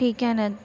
ठीक आहे न